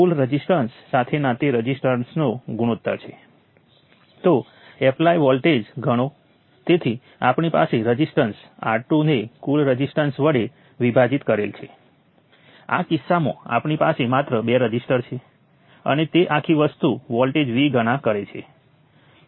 ઉદાહરણ તરીકે જે હાથની ગણતરીઓ દ્વારા કરવામાં આવશે આપણે નાની સર્કિટ ઉપર વિચાર કરીશું પરંતુ બરાબર એ જ તકનીકોને ખૂબ મોટી સર્કિટ સુધી સ્કેલ કરી શકાય છે